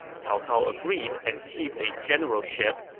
cao cao agreed and heaped a generalship,